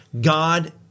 God